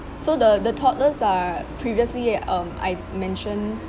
so the the toddlers are previously um I mentioned